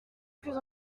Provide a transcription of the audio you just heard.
plus